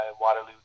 Waterloo